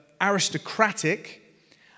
aristocratic